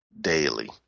daily